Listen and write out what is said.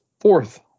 fourth